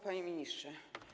Panie Ministrze!